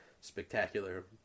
spectacular